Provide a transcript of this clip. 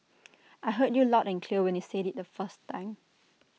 I heard you loud and clear when you said IT the first time